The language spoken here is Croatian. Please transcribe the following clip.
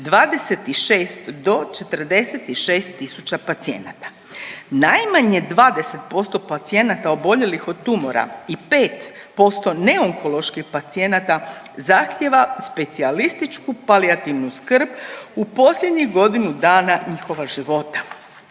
26 do 46000 pacijenata. Najmanje 20% pacijenata oboljelih od tumora i 5% ne onkoloških pacijenata zahtjeva specijalističku palijativnu skrb u posljednjih godinu dana njihova života.